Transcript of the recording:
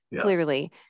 clearly